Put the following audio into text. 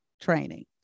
training